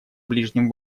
ближнем